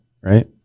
right